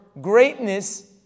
greatness